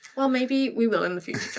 well, maybe we will in the future,